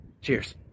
Cheers